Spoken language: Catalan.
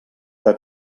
que